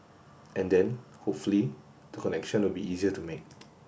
and then hopefully the connection will be easier to make